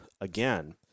again